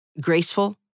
graceful